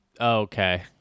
Okay